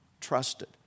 trusted